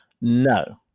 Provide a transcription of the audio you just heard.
no